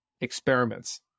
experiments